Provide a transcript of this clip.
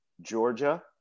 Georgia